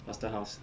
pastor hao's